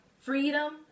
freedom